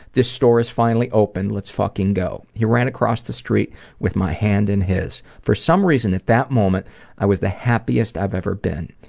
this store is finally open let's fucking go. he ran across the street with my hand in his. for some reason, at that moment i was the happiest i've ever been.